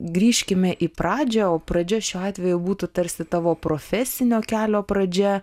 grįžkime į pradžią o pradžia šiuo atveju būtų tarsi tavo profesinio kelio pradžia